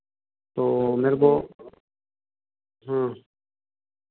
तो मेरे को हाँ